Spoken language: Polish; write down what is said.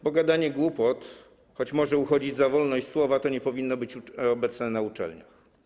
Bo gadanie głupot, choć może uchodzić za wolność słowa, nie powinno być obecne na uczelniach.